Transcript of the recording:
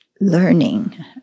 learning